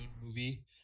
movie